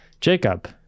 Jacob